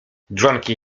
dżonki